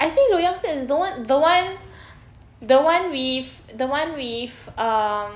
I think loyang is the one the one the one with the one with um